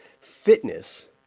fitness